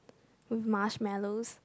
with marshmallows